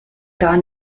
gar